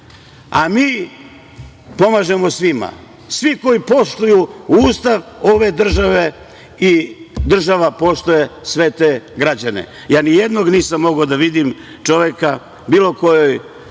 pomažemo svima, svi koji poštuju Ustav ove države i država poštuje sve te građane. Nijednog nisam mogao da vidim čoveka bilo kojoj